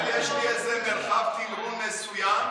אבל יש לי איזה מרחב תמרון מסוים,